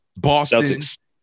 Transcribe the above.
Boston